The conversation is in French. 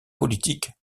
politique